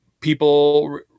People